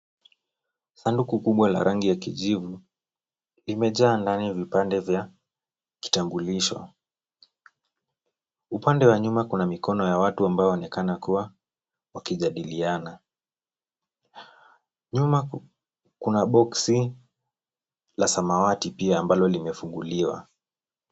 Sanduku kubwa la rangi ya kijivu imejaa ndani vipande vya kitambulisho. Upande wa nyuma kuna mikono ya watu ambao waonekana kuwa wakijadiliana. Nyuma kuna boksi la samawati pia ambalo limefunguliwa.